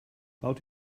baut